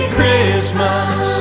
Christmas